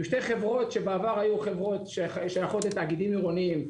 אלו שתי חברות שבעבר היו שייכות לתאגידים עירוניים,